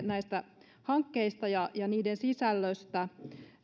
näistä hankkeista ja ja niiden sisällöstä